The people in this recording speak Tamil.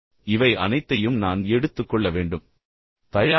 எனவே இவை அனைத்தையும் நான் எடுத்துக்கொள்ள வேண்டும் என்று நீங்கள் திட்டமிட்டவுடன்